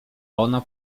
ona